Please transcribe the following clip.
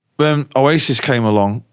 when oasis came along,